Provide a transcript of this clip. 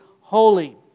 holy